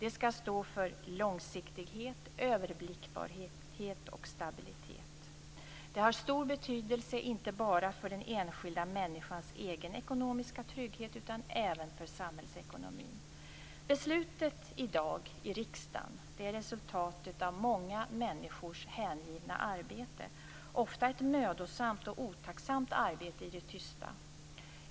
Det skall stå för långsiktighet, överblickbarhet och stabilitet. Det har stor betydelse inte bara för den enskilda människans egen ekonomiska trygghet utan även för samhällsekonomin. Beslutet i dag i riksdagen är resultatet av många människors hängivna arbete - ofta ett mödosamt och otacksamt arbete i det tysta.